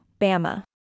Bama